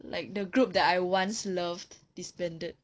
like the group I once loved disbanded